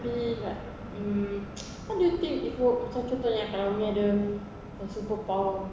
maybe like um what do you think if you macam kiranya kalau kita ada macam superpower